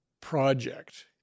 project